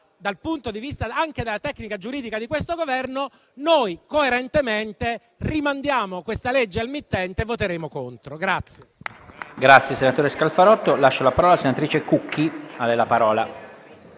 dal punto di vista anche della tecnica giuridica di questo Governo, noi, coerentemente, rimandiamo la legge al mittente ed esprimeremo voto contrario.